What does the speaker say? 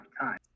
time